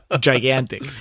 gigantic